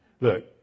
Look